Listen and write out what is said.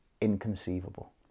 inconceivable